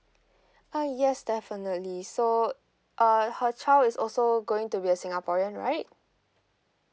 uh yes definitely so err her child is also going to be a singaporean right